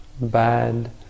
bad